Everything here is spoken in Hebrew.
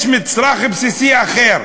יש מצרך בסיסי אחר,